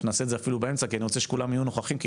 או שנעשה את זה אפילו באמצע כי אני רוצה שכולם יהיו נוכחים כי